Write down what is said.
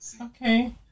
Okay